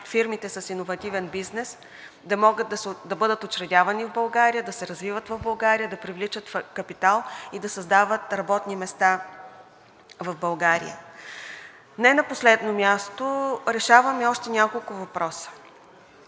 фирмите с иновативен бизнес да бъдат учредявани в България, да се развиват в България, да привличат капитал и да създават работни места в България. Не на последно място, решаваме и още няколко въпроса.